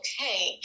okay